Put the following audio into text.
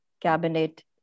cabinet